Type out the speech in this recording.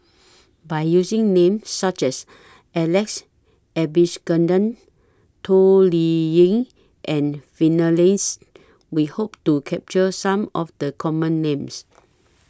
By using Names such as Alex Toh Liying and We Hope to capture Some of The Common Names